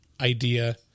idea